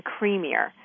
creamier